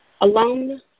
Alone